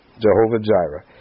Jehovah-Jireh